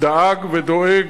דאג ודואג,